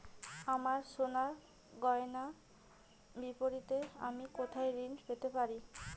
আমার সোনার গয়নার বিপরীতে আমি কোথায় ঋণ পেতে পারি?